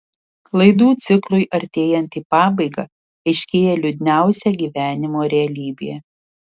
laidų ciklui artėjant į pabaigą aiškėja liūdniausia gyvenimo realybė